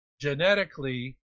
genetically